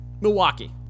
Milwaukee